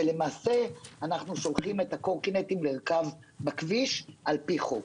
ולמעשה אנחנו שולחים את הקורקינטים לרכב בכביש לפי חוק.